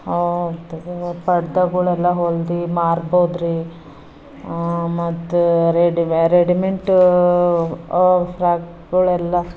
ಮತ್ತು ಪರ್ದಾಗಳೆಲ್ಲ ಹೊಲ್ದು ಮಾರ್ಬೋದ್ರಿ ಮತ್ತು ರೆಡಿ ರೆಡಿಮೆಂಟು ಫ್ರಾಕ್ಗಳೆಲ್ಲ